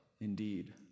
indeed